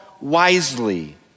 wisely